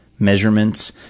measurements